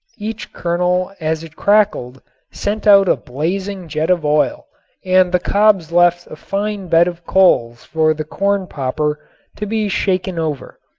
each kernel as it crackled sent out a blazing jet of oil and the cobs left a fine bed of coals for the corn popper to be shaken over.